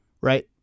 Right